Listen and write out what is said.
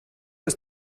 ist